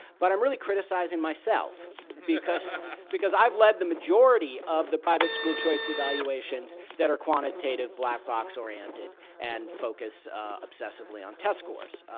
but i'm really criticizing myself because because i've lead the majority of the private school choice evaluations that are quantitative, black-box oriented, and focused obsessively on test scores.